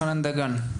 חנן דגן.